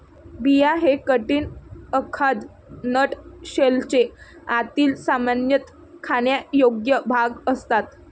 बिया हे कठीण, अखाद्य नट शेलचे आतील, सामान्यतः खाण्यायोग्य भाग असतात